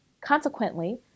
Consequently